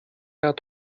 hat